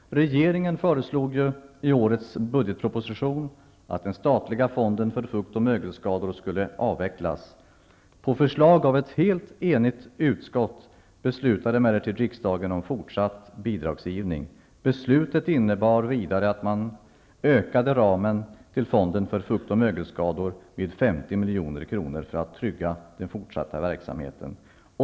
Regeringen föreslog i årets budgetproposition att den statliga fonden för fuktoch mögelskador skulle avvecklas. På förslag av ett helt enigt bostadsutskott beslutade emellertid riksdagen om fortsatt bidragsgivning. Beslutet innebar vidare att ramen för bidrag till fonden för fukt och mögelskador vidgades till 50 milj.kr. för att trygga den fortsatta verksamheten.